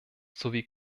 sowie